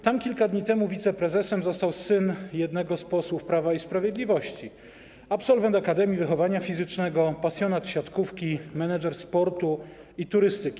Tam kilka dni temu wiceprezesem został syn jednego z posłów Prawa i Sprawiedliwości, absolwent akademii wychowania fizycznego, pasjonat siatkówki, menedżer sportu i turystyki.